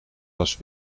was